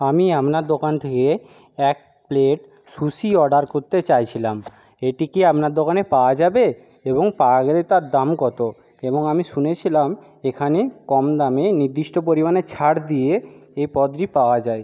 আমি আপনার দোকান থেকে এক প্লেট সুশি অর্ডার করতে চাইছিলাম এটি কি আপনার দোকানে পাওয়া যাবে এবং পাওয়া গেলে তার দাম কতো এবং আমি শুনেছিলাম এখানে কম দামে নির্দিষ্ট পরিমাণে ছাড় দিয়ে এ পদটি পাওয়া যায়